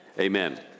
amen